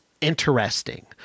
interesting